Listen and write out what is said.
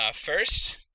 first